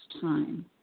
time